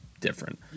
different